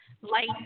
light